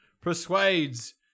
persuades